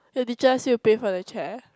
your teacher ask you pay for the chair